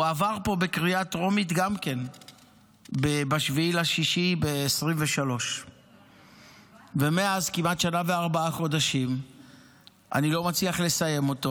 הוא עבר פה בקריאה הטרומית גם כן ב-7 ביוני 2023. מאז כמעט שנה וארבעה חודשים אני לא מצליח לסיים אותו.